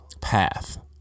path